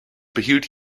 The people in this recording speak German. behielt